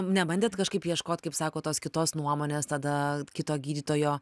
nebandėt kažkaip ieškot kaip sako tos kitos nuomonės tada kito gydytojo